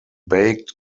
baked